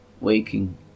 waking